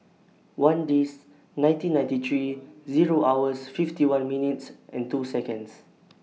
one Dec nineteen ninety three Zero hours fifty one minutes and two Seconds